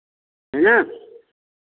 है ना